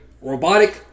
robotic